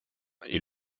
est